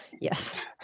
yes